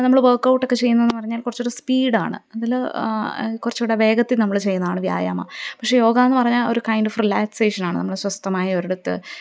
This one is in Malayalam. നമ്മള് വർക്കൌട്ടൊക്കെ ചെയ്യുന്നതെന്നു പറഞ്ഞാൽ കുറച്ചുകൂടെ സ്പീഡാണ് അതില് കുറച്ചുകൂടെ വേഗത്തിൽ നമ്മള് ചെയ്യുന്നതാണ് വ്യായാമം പക്ഷെ യോഗ എന്നു പറഞ്ഞാല് ഒരു കൈന്ഡ് ഓഫ് റിലാക്സേഷനാണ് നമ്മള് സ്വസ്ഥമായിയൊരിടത്ത്